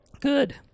Good